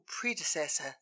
predecessor